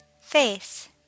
Face